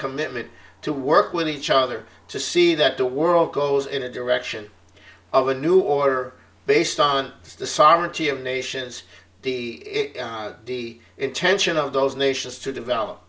commitment to work with each other to see that the world goes in a direction of a new order based on the sovereignty of nations the intention of those nations to develop